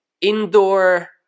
indoor